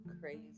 Crazy